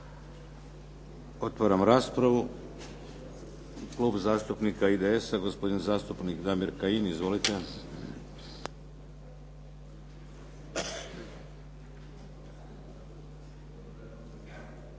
Otvaram raspravu. Klub zastupnika IDS-a, gospodin zastupnik Damir Kajin. Izvolite.